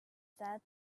said